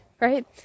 right